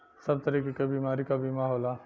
सब तरीके क बीमारी क बीमा होला